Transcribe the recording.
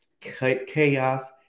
chaos